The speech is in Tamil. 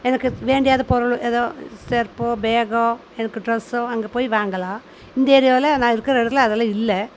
எனக்கு வேண்டியது பொருள் ஏதோ செருப்போ பேகோ எனக்கு டிரெஸ்ஸோ அங்கே போய் வாங்கலாம் இந்த ஏரியாவில் நான் இருக்கிற இடத்துல அதெல்லாம் இல்லை